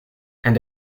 and